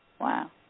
Wow